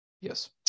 Yes